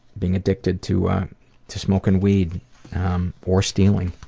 being addicted to to smoking weed or stealing.